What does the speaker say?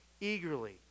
eagerly